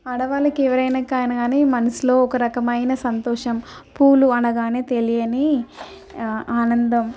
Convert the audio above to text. ఆడవాళ్ళకి ఎవరికైనా కానీ మనసులో ఒక రకమైన సంతోషం పూలు అనగానే తెలియని ఆనందం